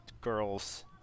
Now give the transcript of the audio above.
girl's